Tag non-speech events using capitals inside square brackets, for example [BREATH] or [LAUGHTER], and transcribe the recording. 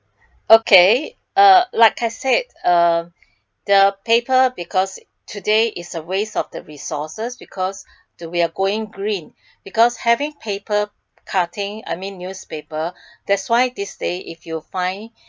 okay uh like I said uh the paper because today is a waste of the resources because [BREATH] that we are going green because having paper cutting I mean newspaper [BREATH] that's why this day if you find [BREATH]